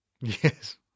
Yes